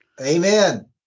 Amen